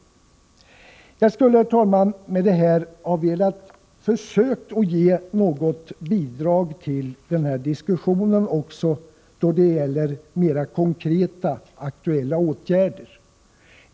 Jag ville, herr talman, med detta försöka ge ett bidrag till denna diskussion också då det gäller mera konkreta, aktuella åtgärder.